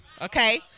Okay